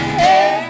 hey